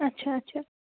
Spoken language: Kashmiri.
اچھا اچھا